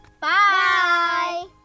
Bye